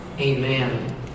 Amen